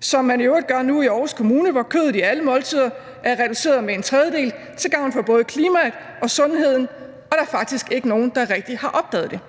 som man i øvrigt gør nu i Aarhus Kommune, hvor kødet i alle måltider er reduceret med en tredjedel til gavn for både klimaet og sundheden, og der er faktisk ikke nogen, der rigtig har opdaget det.